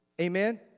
Amen